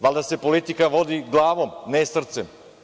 Valjda se politika vodi glavom, ne srcem.